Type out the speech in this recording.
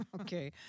Okay